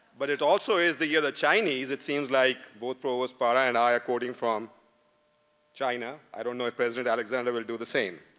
but it also is the year the chinese it seems like provost para and i are quoting from china. i don't know if president alexander will do the same.